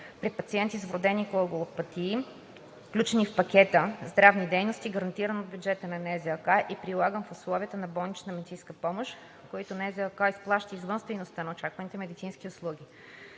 при пациенти с вродени коагулопатии, включени в пакета здравни дейности, гарантиран от бюджета на НЗОК, и прилагани в условията на болничната медицинска помощ, които НЗОК заплаща извън стойността на оказваните медицински услуги;